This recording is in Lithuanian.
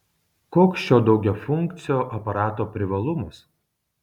koks šio daugiafunkcio aparato privalumas